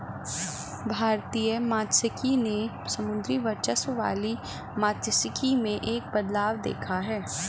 भारतीय मात्स्यिकी ने समुद्री वर्चस्व वाली मात्स्यिकी में एक बदलाव देखा है